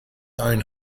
own